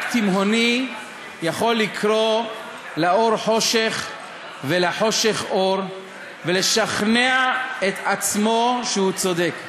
רק תימהוני יכול לקרוא לאור חושך ולחושך אור ולשכנע את עצמו שהוא צודק,